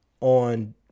on